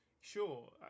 Sure